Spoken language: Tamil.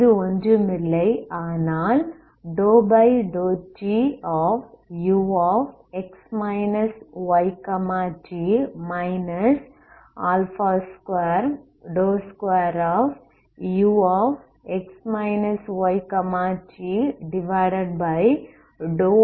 இது ஒன்றுமில்லை ஆனால் ∂tux yt 22ux yt x y20